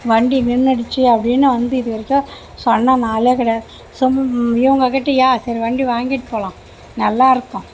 வண்டி நின்னுடுச்சி அப்படீனு வந்து இதுவரைக்கும் சொன்ன ஆளே கிடையாது இவங்கக்கிட்டயா சரி வண்டி வாங்கிகிட்டுப் போகலாம் நல்லாயிருக்கும்